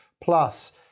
Plus